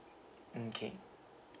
mm K